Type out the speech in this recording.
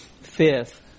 fifth